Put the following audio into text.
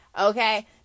okay